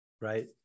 Right